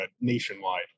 Nationwide